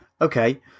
Okay